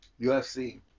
UFC